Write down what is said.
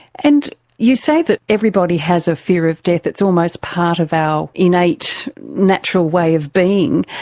and you say that everybody has a fear of death, it's almost part of our innate natural way of being.